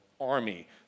army